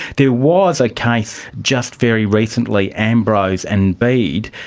there was a case just very recently, ambrose and bede.